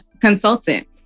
consultant